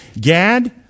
Gad